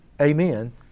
amen